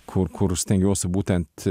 kur kur stengiuosi būtent